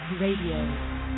Radio